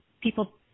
people